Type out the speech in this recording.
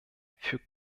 für